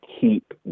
keep